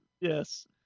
Yes